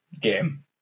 game